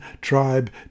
tribe